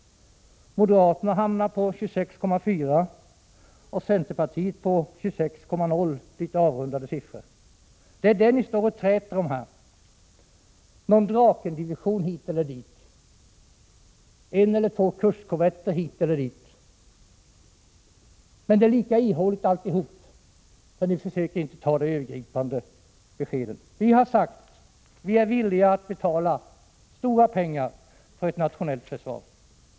Moderaterna hamnar på 26,4 miljarder och centerpartiet på 26,0 miljarder i litet avrundade siffror. Det är vad ni här träter om: någon Drakendivision hit eller dit, en eller två kustkorvetter hit eller dit. Det är lika ihåligt alltihop, eftersom ni inte försöker att ta det övergripande ansvaret. Vi har sagt: Vi är villiga att betala stora pengar för ett nationellt försvar.